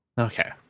Okay